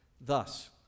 Thus